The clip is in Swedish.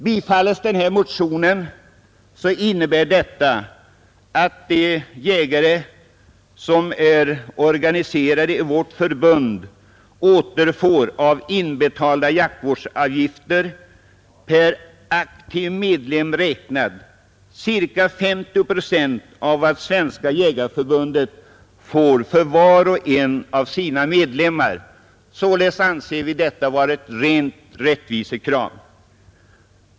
Bifalles motionen innebär detta att de jägare som är organiserade i vårt förbund återfår av inbetalda jaktvårdsavgifter per aktiv medlem räknat ca 50 procent av vad Svenska jägareförbundet får för var och en av sina medlemmar. Således anser vi detta vara ett rent rättvisekrav.